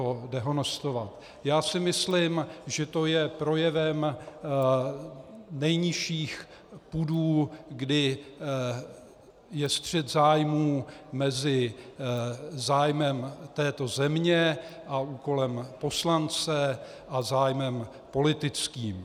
Já si myslím, že to je projevem nejnižších pudů, kdy je střet zájmů mezi zájmem této země a úkolem poslance a zájmem politickým.